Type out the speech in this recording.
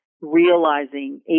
realizing